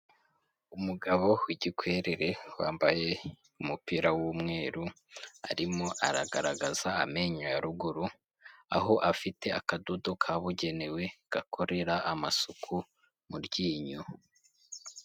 Umugabo w'igikwerere wambaye umupira w'umweru arimo aragaragaza amenyo ya ruguru, aho afite akadodo kabugenewe gakorera amasuku muryinyo.